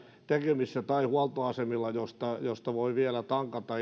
tekemisissä tai huoltoasemilla joissa voi vielä tankata